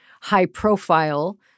high-profile